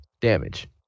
damage